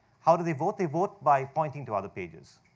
how do they vote? they vote by pointing to other pages.